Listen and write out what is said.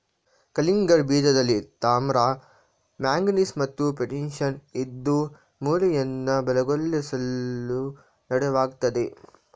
ಕಲ್ಲಂಗಡಿ ಬೀಜದಲ್ಲಿ ತಾಮ್ರ ಮ್ಯಾಂಗನೀಸ್ ಮತ್ತು ಪೊಟ್ಯಾಶಿಯಂ ಇದ್ದು ಮೂಳೆಯನ್ನ ಬಲಗೊಳಿಸ್ಲು ನೆರವಾಗ್ತದೆ